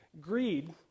Greed